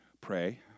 Pray